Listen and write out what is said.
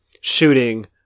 shooting